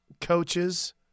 coaches